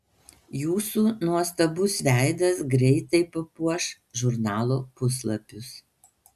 jūsų nuostabus veidas greitai papuoš žurnalo puslapius